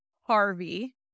Harvey